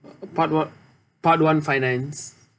part one part one finance